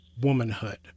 womanhood